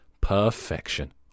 perfection